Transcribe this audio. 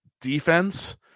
defense